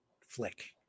flick